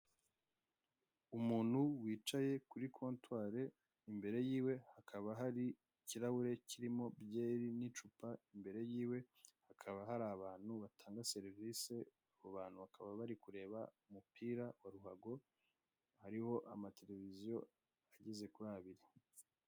Umuntu wicaye kuri kontwari imbere yiwe hari ikirahure kirimo byeri n'icupa imbere yiwe hakaba hari abantu batanga serivise abo bantu bakaba bari kureba umupira wa ruhago hariho amatelevisiyo ageze kuri abiri.